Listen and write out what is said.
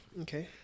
Okay